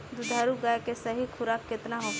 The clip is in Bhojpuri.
दुधारू गाय के सही खुराक केतना होखे?